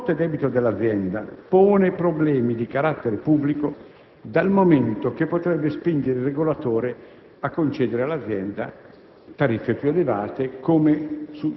È evidente, però, che il forte debito dell'azienda pone problemi di carattere pubblico, dal momento che potrebbe spingere il regolatore a concedere all'azienda